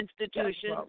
institution